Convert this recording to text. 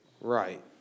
Right